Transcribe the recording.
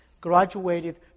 graduated